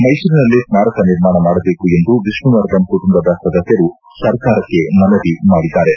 ಮೈಸೂರಿನಲ್ಲೇ ಸ್ಮಾರಕ ನಿರ್ಮಾಣ ಮಾಡಬೇಕು ಎಂದು ವಿಷ್ಣುವರ್ಧನ್ ಕುಟುಂಬದ ಸದಸ್ವರು ಸರ್ಕಾರಕ್ಕೆ ಮನವಿ ಮಾಡಿದ್ದಾರೆ